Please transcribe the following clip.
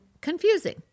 confusing